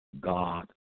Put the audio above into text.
God